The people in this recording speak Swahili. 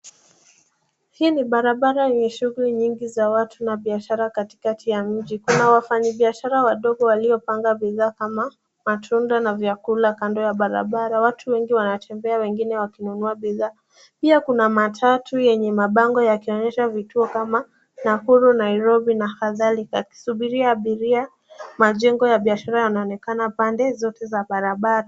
Hii ni barabara yenye shughuli nyingi za watu na biashara katikati ya mji. Kuna wafanyi biashara wadogo waliopanga bidhaa kama matunda na vyakula kando ya barabara. Watu wengi wanatembea wengine wakinunua bidhaa. Pia kuna matatu yenye mabango yakionyesha vituo kama Nakuru, Nairobi nakadhalika ikisubiria abiria. Majengo ya biashara yanaonekana pande zote za barabara.